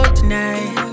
tonight